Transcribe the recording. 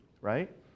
Right